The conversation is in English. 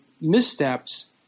missteps